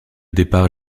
départ